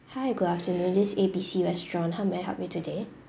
hi good afternoon this A B C restaurant how may I help you today